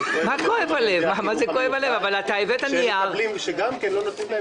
אבל כואב גם הלב על ילדי החינוך המיוחד שלא מקבלים את אותו תקציב